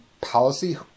policy